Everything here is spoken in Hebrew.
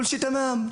כולשי תמם,